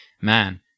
man